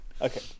Okay